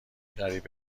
قریب